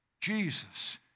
Jesus